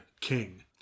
king